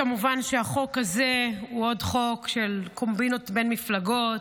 מובן שהחוק הזה הוא עוד חוק של קומבינות בין מפלגות.